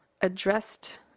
addressed